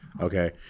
Okay